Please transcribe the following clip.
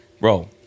bro